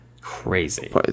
crazy